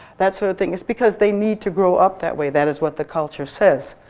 that's sort of thing. it's because they need to grow up that way that is what the culture says.